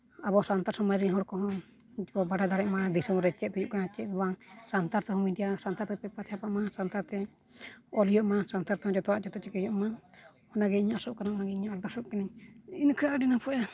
ᱟᱵᱚ ᱥᱟᱱᱛᱟᱲ ᱥᱚᱢᱟᱡᱽ ᱨᱮᱱ ᱦᱚᱲ ᱠᱚᱦᱚᱸ ᱠᱚ ᱵᱟᱰᱟᱭ ᱫᱟᱲᱮᱭᱟᱜᱢᱟ ᱫᱤᱥᱚᱢ ᱨᱮ ᱪᱮᱫ ᱦᱩᱭᱩᱜ ᱠᱟᱱᱟ ᱪᱮᱫ ᱵᱟᱝ ᱥᱟᱱᱛᱟᱲ ᱛᱮᱦᱚᱸ ᱢᱤᱰᱤᱭᱟ ᱥᱟᱱᱛᱟᱲᱛᱮ ᱯᱮᱯᱟᱨ ᱪᱷᱯᱟᱜᱢᱟ ᱥᱟᱱᱛᱟᱲᱛᱮ ᱚᱞ ᱦᱩᱭᱩᱜᱢᱟ ᱥᱟᱱᱛᱟᱲ ᱛᱮᱦᱚᱸ ᱡᱚᱛᱚᱣᱟᱜ ᱡᱚᱛᱚ ᱪᱤᱠᱟᱹ ᱦᱩᱭᱩᱜᱢᱟ ᱚᱱᱟ ᱜᱮ ᱤᱧ ᱟᱥᱚᱜ ᱠᱟᱱᱟ ᱚᱱᱟᱜᱮᱧ ᱟᱨᱫᱟᱥᱚᱜ ᱠᱟᱱᱟᱧ ᱤᱱᱟᱹ ᱠᱷᱟᱱ ᱟᱹᱰᱤ ᱱᱟᱯᱭᱚᱜᱼᱟ